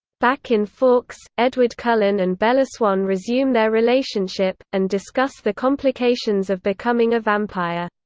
back in forks, edward cullen and bella swan resume their relationship, and discuss the complications of becoming a vampire.